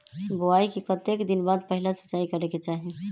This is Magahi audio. बोआई के कतेक दिन बाद पहिला सिंचाई करे के चाही?